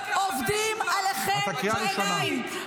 זה לא משנה כמה יצעקו מפה